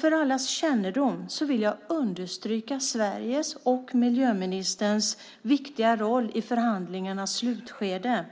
För allas kännedom vill jag understryka Sveriges och miljöministerns viktiga roll i förhandlingarnas slutskede.